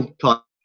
talk